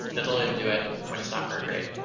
that they'll even do it when it's not for a grade.